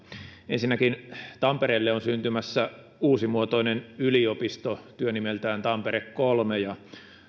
ensinnäkin tampereelle on syntymässä uusimuotoinen yliopisto työnimeltään tampere kolme ja